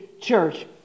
church